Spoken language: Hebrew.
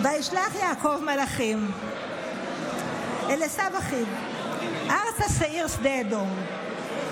"וישלח יעקב מלאכים לפניו אל עשו אחיו ארצה שעיר שדה אדום".